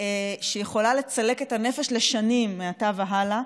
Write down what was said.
שיכולה לצלק את הנפש לשנים מעתה והלאה.